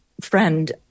friend